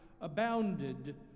abounded